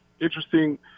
interesting